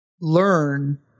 learn